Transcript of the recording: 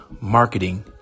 marketing